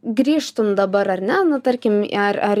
grįžtum dabar ar ne nu tarkim ar ar